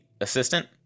assistant